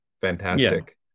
fantastic